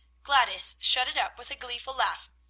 gladys shut it up with a gleeful laugh.